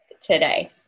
today